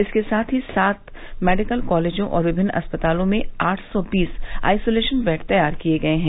इसके साथ ही सात मेडिकल कॉलेजों और विभिन्न अस्पतालों में आठ सौ बीस आइसोलेसन बेड तैयार किये गये हैं